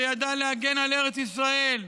שידע להגן על ארץ ישראל,